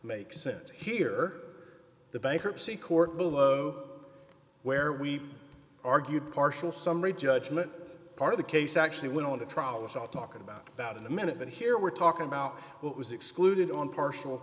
make sense here the bankruptcy court below where we argued partial summary judgment part of the case actually went on the trial was all talk about that in a minute but here we're talking about what was excluded on partial